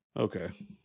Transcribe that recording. Okay